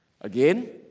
Again